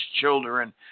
children